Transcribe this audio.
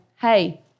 hey